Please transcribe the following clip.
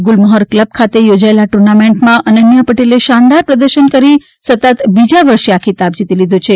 ગુલમહોર club ખાતે યોજાયેલી આ ટુર્નામેન્ટમાં અનન્યા પટેલે શાનદાર પ્રદર્શન કરી સતત બીજા વર્ષે ખિતાબ જીતી લીધો છે